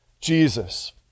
Jesus